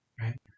Right